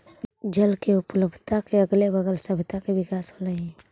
जल के उपलब्धता के अगले बगल सभ्यता के विकास होलइ